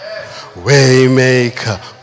Waymaker